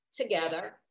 together